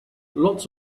lots